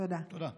תודה.